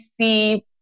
see